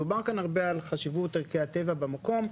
דובר כאן הרבה על חשיבות ערכי הטבע במקום,